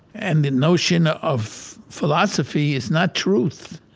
and the notion of philosophy is not truth,